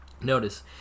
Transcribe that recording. Notice